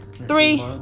Three